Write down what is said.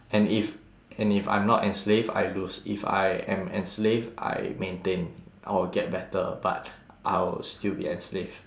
and if and if I'm not enslave I lose if I am enslave I maintain I will get better but I will still be enslave